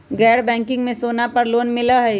गैर बैंकिंग में सोना पर लोन मिलहई?